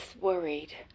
worried